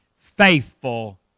faithful